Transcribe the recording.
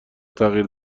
تغییر